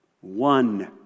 One